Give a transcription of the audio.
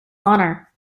honor